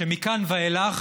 שמכאן ואילך